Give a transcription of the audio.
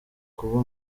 kuba